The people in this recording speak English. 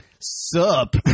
sup